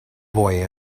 boy